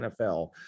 NFL